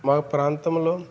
మా ప్రాంతంలో